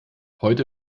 heute